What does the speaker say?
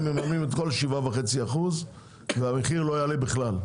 מממנים את כל 7.5% והמחיר לא יעלה בכלל.